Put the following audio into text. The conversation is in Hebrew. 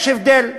יש הבדל.